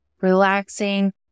relaxing